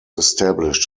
established